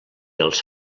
els